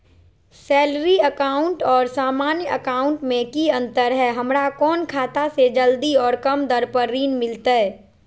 Salary account और सामान्य account मे की अंतर है हमरा कौन खाता से जल्दी और कम दर पर ऋण मिलतय?